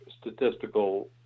statistical